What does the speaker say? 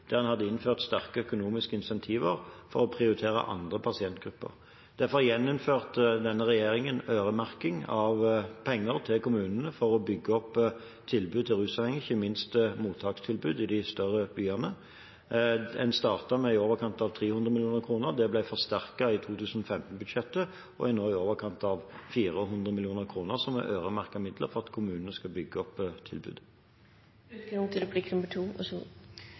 der en hadde innført sterke økonomiske incentiver for å prioritere andre pasientgrupper. Derfor gjeninnførte denne regjeringen øremerking av penger til kommunene for å bygge opp tilbudet til rusavhengige, ikke minst mottakstilbud i de større byene. En startet med i overkant av 300 mill. kr. Det ble forsterket i 2015-budsjettet og er nå i overkant av 400 mill. kr, som er øremerkede midler for at kommunene skal bygge opp tilbudet. Da har jeg lyst til